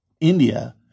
India